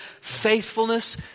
faithfulness